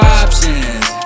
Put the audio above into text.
options